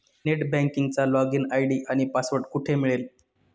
Net बँकिंगचा login ID आणि password कुठे मिळेल?